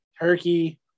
turkey